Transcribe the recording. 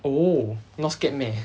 oh not scared meh